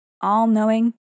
all-knowing